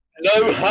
No